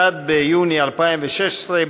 1 ביוני 2016,